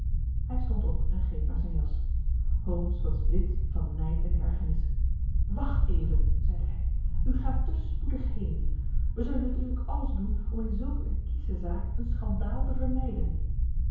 hij stond op en greep naar zijn jas holmes was wit van nijd en ergernis wacht even zeide hij u gaat te spoedig heen wij zullen natuurlijk alles doen om in zulk een kiesche zaak een schandaal te vermijden